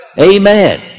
Amen